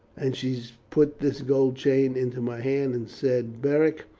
and she put this gold chain into my hand and said, beric.